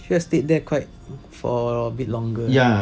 should have stayed there quite for a bit longer